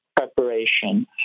preparation